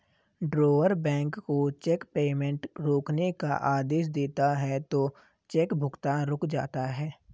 drawer bank को cheque payment रोकने का आदेश देता है तो चेक भुगतान रुक जाता है